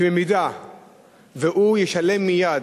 שאם ישלם מייד